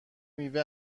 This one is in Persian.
میوه